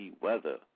weather